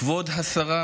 כבוד השרה